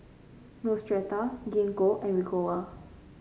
Neostrata Gingko and Ricola